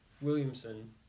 Williamson